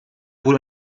wohl